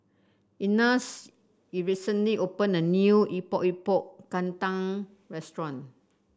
Ignatz in recently opened a new Epok Epok Kentang restaurant